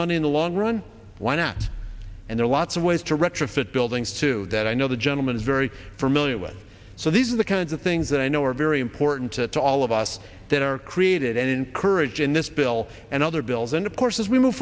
money in the long run why not and there are lots of ways to retrofit buildings too that i know the gentleman is very familiar with so these are the kinds of things that i know are very important to all of us that are created and encourage in this bill and other bills and of course as we move